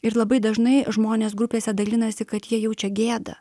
ir labai dažnai žmonės grupėse dalinasi kad jie jaučia gėdą